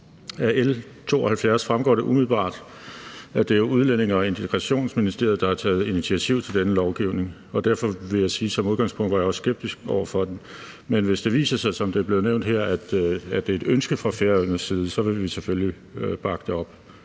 Af L 72 fremgår det umiddelbart, at det er Udlændinge- og Integrationsministeriet, der har taget initiativ til denne lovgivning, og derfor vil jeg sige, at jeg som udgangspunkt også har været skeptisk over for den. Men hvis det viser sig, som det er blevet nævnt her, at det er et ønske fra Færøernes side, så vil vi selvfølgelig bakke det op.